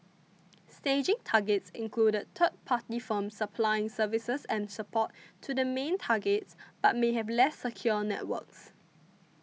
staging targets included third party firms supplying services and support to the main targets but may have less secure networks